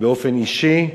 באופן אישי,